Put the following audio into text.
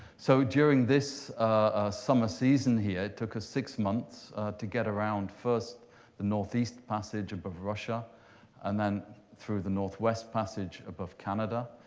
so during this ah summer season here, took us six months to get around first the northeast passage of of russia and then through the northwest passage above canada.